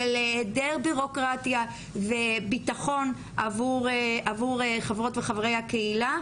של העדר בירוקרטיה וביטחון עבור חברות וחברי הקהילה,